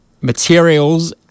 materials